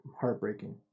heartbreaking